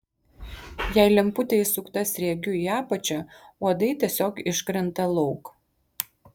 jei lemputė įsukta sriegiu į apačią uodai tiesiog iškrenta lauk